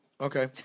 Okay